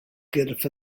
gyrff